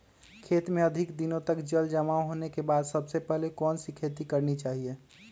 खेत में अधिक दिनों तक जल जमाओ होने के बाद सबसे पहली कौन सी खेती करनी चाहिए?